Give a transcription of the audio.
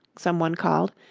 someone called,